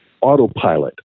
autopilot